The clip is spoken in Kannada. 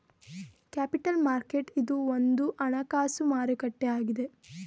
ಕ್ಯಾಪಿಟಲ್ ಮಾರ್ಕೆಟ್ ಇದು ಒಂದು ಹಣಕಾಸು ಮಾರುಕಟ್ಟೆ ಆಗಿದೆ